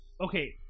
okay